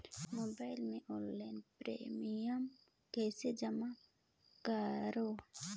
Mobile ले online premium कइसे जमा करों?